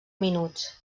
minuts